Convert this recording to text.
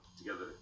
together